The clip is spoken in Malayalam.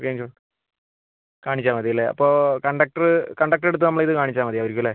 കാണിച്ചാൽ മതി അല്ലേ അപ്പോൾ കണ്ടക്ടർ കണ്ടക്ടറെ അടുത്ത് നമ്മൾ ഇത് കാണിച്ചാൽ മതിയാവുമായിരിക്കും അല്ലേ